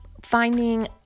finding